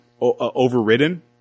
overridden